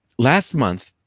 last month,